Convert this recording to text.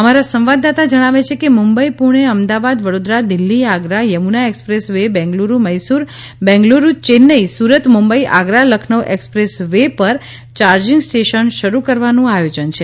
અમારા સંવાદદાતા જણાવે છે કે મુંબઈ પુણે અમદાવાદ વડોદરા દિલ્હી આગ્રા થમુના એક્સપ્રેસ વે બેગ્લુરૂ મૈસૂર બેંગ્લુરૂ યૈનઇ સુરત મુંબઈ આગ્રા લખનઉ એક્સપ્રેસ વે પર ચાર્જિંગ સ્ટેશન શરૂ કરવાનું આયોજન છે